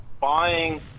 buying